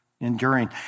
enduring